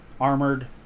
armored